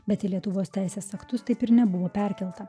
bet į lietuvos teisės aktus taip ir nebuvo perkelta